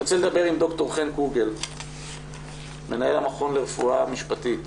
אני רוצה לדבר עם ד"ר חן קוגל מנהל המכון לרפואה משפטית.